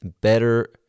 better